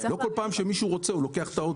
לא כל פעם שמישהו רוצה, הוא לוקח את הרכב.